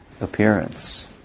appearance